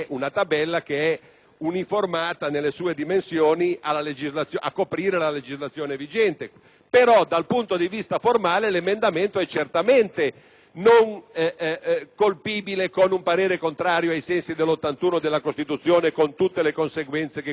è uniformata, nelle sue dimensioni, a coprire la legislazione vigente: ma dal punto di vista formale, l'emendamento è non colpibile con un parere contrario ai sensi dell'articolo 81 della Costituzione, con tutte le conseguenze che questo determina.